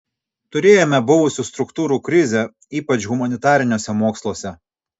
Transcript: turėjome buvusių struktūrų krizę ypač humanitariniuose moksluose